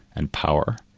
and power.